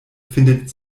findet